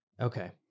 Okay